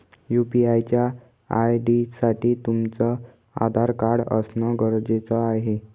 UPI च्या ID साठी तुमचं आधार कार्ड असण गरजेच आहे